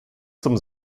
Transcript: zum